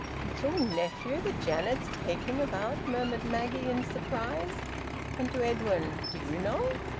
little nephew that janet's taking about! murmured maggie, in surprise and to edwin, do you know?